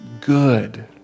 good